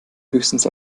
höchstens